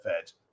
feds